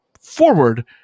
forward